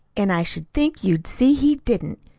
and i should think you'd see he didn't.